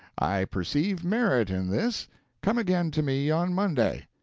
i perceive merit in this come again to me on monday.